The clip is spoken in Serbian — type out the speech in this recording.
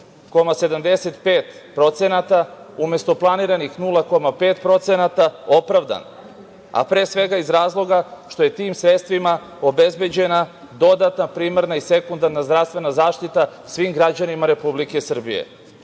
8,75% umesto planiranih 0,5% opravdan, a pre svega iz razloga što je tim sredstvima obezbeđena dodatna primarna i sekundarna zdravstvena zaštita svim građanima Republike Srbije.Za